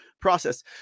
process